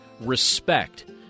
respect